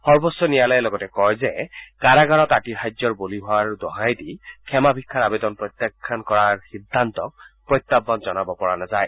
সৰ্বোচ্চ ন্যায়ালয়ে লগতে কয় যে কাৰাগাৰত আতিশায্যৰ বলি হোৱাৰ দোহাই দি ক্ষমা ভিক্ষাৰ আবেদন প্ৰত্যাখ্যান কৰা সিদ্ধান্তক প্ৰত্যাহান জনাব পৰা নাযায়